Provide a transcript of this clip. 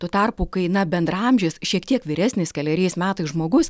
tuo tarpu kai na bendraamžis šiek tiek vyresnis keleriais metais žmogus